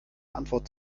antwort